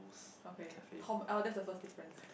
okay Tom L that's the first difference